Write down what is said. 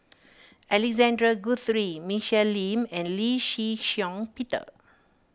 Alexander Guthrie Michelle Lim and Lee Shih Shiong Peter